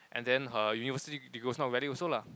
and then her University degree was not valid also lah